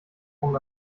vom